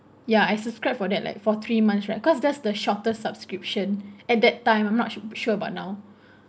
ya I subscribe for that like for three months right cause that's the shortest subscription at that time I'm not su~ sure about now